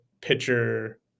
pitcher